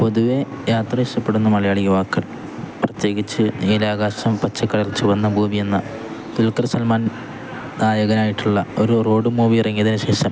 പൊതുവെ യാത്ര ഇഷ്ടപ്പെടുന്ന മലയാളി യുവാക്കൾ പ്രത്യേകിച്ച് നീലാകാശം പച്ചക്കടൽ ചുവന്ന ഭൂമി എന്ന ദുൽക്കർ സൽമാൻ നായകനായിട്ടുള്ള ഒരു റോഡ് മൂവി ഇറങ്ങിയതിന് ശേഷം